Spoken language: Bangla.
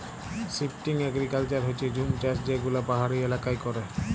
শিফটিং এগ্রিকালচার হচ্যে জুম চাষ যে গুলা পাহাড়ি এলাকায় ক্যরে